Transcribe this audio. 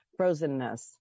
frozenness